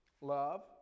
love